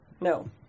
No